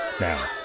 Now